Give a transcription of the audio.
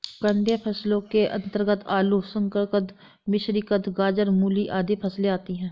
कंदीय फसलों के अंतर्गत आलू, शकरकंद, मिश्रीकंद, गाजर, मूली आदि फसलें आती हैं